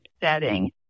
setting